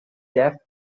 deaf